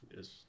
Yes